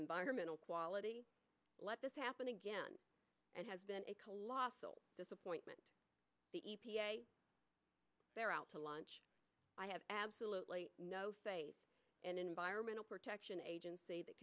environmental quality let this happen again and has been a colossal disappointment the e p a they're out to lunch i have absolutely no faith and environmental protection agency that